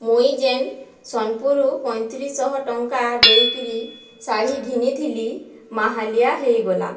ମୁଇଁ ଯେନ୍ ସୋନପୁରୁ ପଞ୍ଚତିରିଶି ଶହ ଟଙ୍କା ଦେଇକିରି ଶାଢୀ ଘିନିଥିଲି ମାହାଲିଆ ହେଇଗଲା